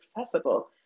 accessible